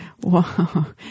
Wow